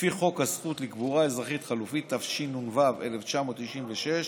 לפי חוק הזכות לקבורה אזרחית חלופית, התשנ"ו 1996,